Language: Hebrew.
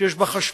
שיש בה חשמל,